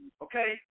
Okay